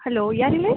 hello ಯಾರು ಇಲ್ಲಿ